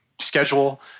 schedule